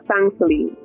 thankfully